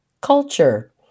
culture